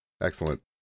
Excellent